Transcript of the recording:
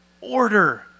order